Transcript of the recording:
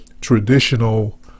traditional